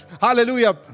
hallelujah